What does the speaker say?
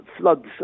floods